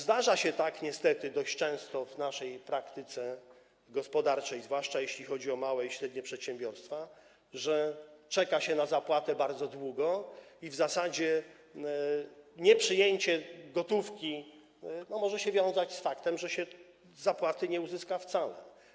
Zdarza się tak niestety dość często w naszej praktyce gospodarczej, zwłaszcza jeśli chodzi o małe i średnie przedsiębiorstwa, że czeka się na zapłatę bardzo długo i w zasadzie nieprzyjęcie gotówki może się wiązać z faktem, że się zapłaty nie uzyska wcale.